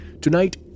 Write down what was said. Tonight